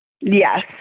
Yes